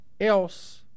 else